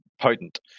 Potent